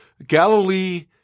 Galilee